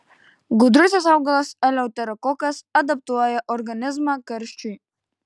gudrusis augalas eleuterokokas adaptuoja organizmą karščiui